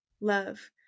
love